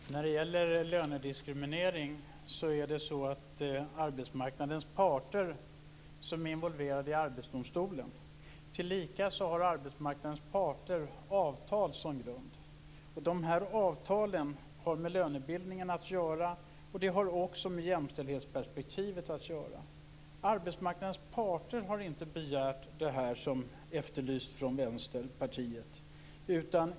Herr talman! När det gäller lönediskriminering är det arbetsmarknadens parter som är involverade i Arbetsdomstolen. Tillika har arbetsmarknadens parter avtal som grund. De här avtalen har med lönebildningen att göra, och de har också med jämställdhetsperspektivet att göra. Arbetsmarknadens parter har inte begärt det som Vänsterpartiet efterlyser.